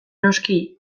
noski